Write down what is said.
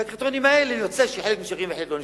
מהקריטריונים האלה יוצא שחלק נשארים וחלק לא נשארים.